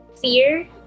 fear